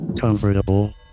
comfortable